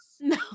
No